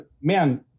Man